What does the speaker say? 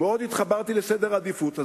מאוד התחברתי לסדר העדיפות הזה.